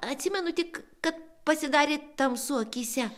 atsimenu tik kad pasidarė tamsu akyse